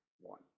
One